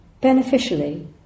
beneficially